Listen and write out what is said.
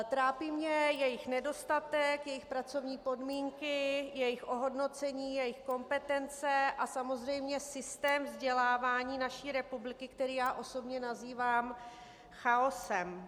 Trápí mě jejich nedostatek, jejich pracovní podmínky, jejich ohodnocení, jejich kompetence a samozřejmě systém vzdělávání naší republiky, který já osobně nazývám chaosem.